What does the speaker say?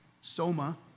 soma